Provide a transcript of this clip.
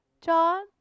John